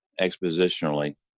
expositionally